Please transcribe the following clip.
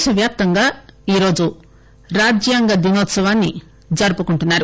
దేశ వ్యాప్తంగా ఈ రోజు రాజ్యాంగ దినోత్సవాన్ని జరుపుకుంటున్నారు